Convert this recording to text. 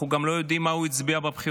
אנחנו גם לא יודעים מה הוא הצביע בבחירות,